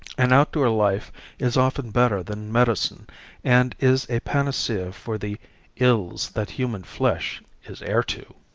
an outdoor life is often better than medicine and is a panacea for the ills that human flesh is heir to.